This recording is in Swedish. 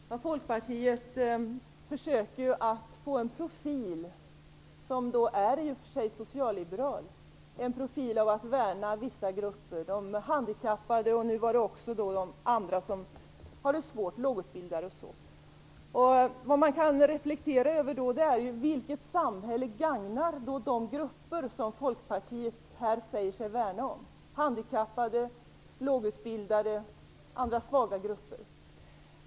Herr talman! Folkpartiet försöker att få en profil som i och för sig är socialliberal, genom att säga att man vill värna vissa grupper, som t.ex. de handikappade. Nu gällde det också andra som har det svårt, som de lågutbildade. Man kan reflektera över vilket samhälle som gagnar de grupper som Folkpartiet här säger sig värna om: handikappade, lågutbildade och andra svaga grupper.